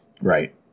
Right